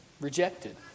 rejected